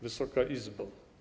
Wysoka Izbo!